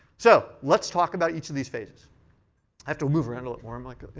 so let's talk about each of these phases. i have to move around a bit more. um like